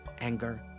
anger